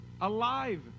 alive